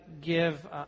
give